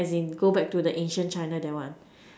as in go back to the ancient China that one